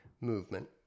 movement